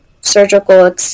surgical